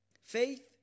Faith